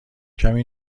کمی